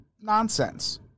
nonsense